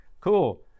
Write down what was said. Cool